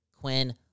Quinn